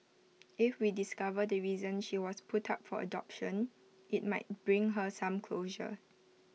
if we discover the reason she was put up for adoption IT might bring her some closure